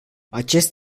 acest